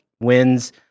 wins